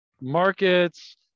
markets